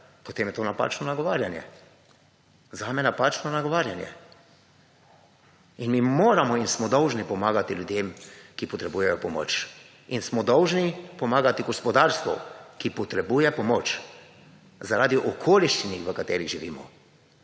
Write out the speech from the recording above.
potem je to napačno nagovarjanje. Zame napačno nagovarjanje. In mi moramo in smo dolžni pomagati ljudem, ki potrebujejo pomoč. In smo dolžni pomagati gospodarstvu, ki potrebuje pomoč zaradi okoliščin v katerih živimo.